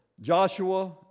Joshua